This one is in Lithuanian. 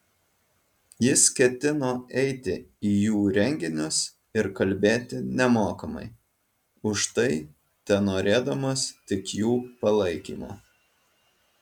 jis ketino eiti į jų renginius ir kalbėti nemokamai už tai tenorėdamas tik jų palaikymo